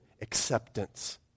acceptance